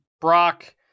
Brock